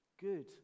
good